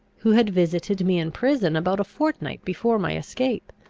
who had visited me in prison about a fortnight before my escape.